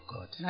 God